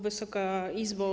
Wysoka Izbo!